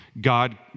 God